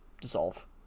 dissolve